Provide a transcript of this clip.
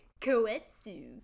Koetsu